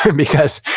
because,